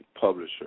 publisher